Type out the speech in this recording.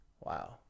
Wow